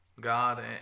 God